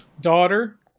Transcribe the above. Daughter